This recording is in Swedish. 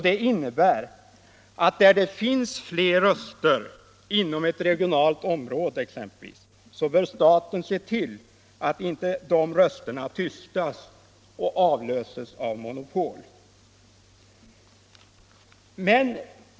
Det innebär att staten bör se till att, om det exempelvis finns fler röster inom ett regionalt område, de rösterna inte tystas och avlöses av monopol.